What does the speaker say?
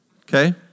okay